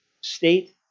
State